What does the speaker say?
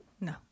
no